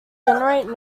generate